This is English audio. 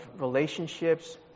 relationships